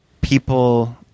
people